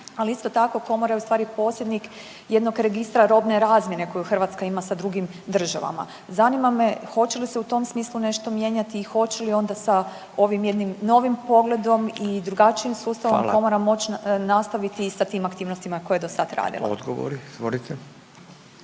ali isto tako komora je u stvari posjednik jednog registra robne razmjene koju Hrvatska ima sa drugim državama. Zanima me hoće li se u tom smislu nešto mijenjati i hoće li ona sa ovim jednim novim pogledom i drugačijim sustavom komora moći nastaviti i sa tim aktivnostima koje je do sada radila. **Radin, Furio